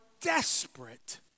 desperate